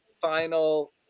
final